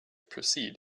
proceed